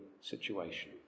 situation